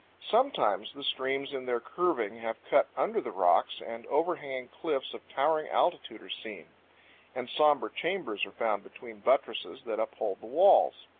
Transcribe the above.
sometimes the streams in their curving have cut under the rocks, and overhanging cliffs of towering altitudes are seen and somber chambers are found between buttresses that uphold the walls.